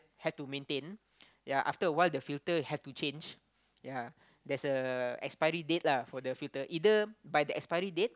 had to maintain ya after a while the filter have to change ya there's a expiry date lah for the filter either by the expiry date